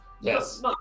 Yes